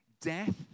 death